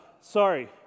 sorry